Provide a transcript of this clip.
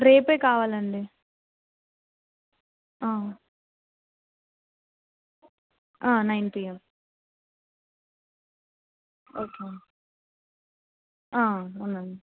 రేపే కావాలండి nine PM okay అవునండి